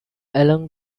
along